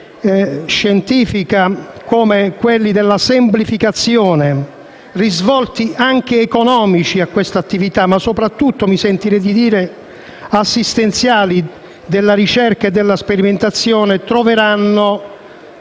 scientifica, come quelli della semplificazione (risvolti anche economici a questa attività, ma soprattutto - mi sentirei di dire - assistenziali della ricerca e della sperimentazione), troveranno